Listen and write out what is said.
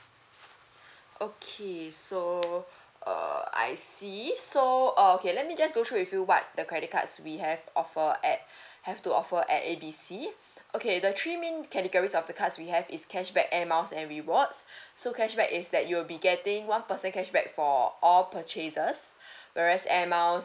okay so err I see so uh okay let me just go through with you what the credit cards we have offer at have to offer at A B C okay the three main categories of the cards we have is cashback air miles and rewards so cashback is that you'll be getting one percent cashback for all purchases whereas air miles